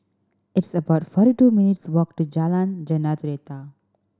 it's about forty two minutes' walk to Jalan Jentera